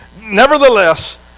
Nevertheless